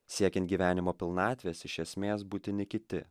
siekiant gyvenimo pilnatvės iš esmės būtini kiti